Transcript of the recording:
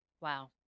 Wow